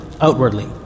outwardly